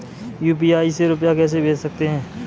UPI से रुपया कैसे भेज सकते हैं?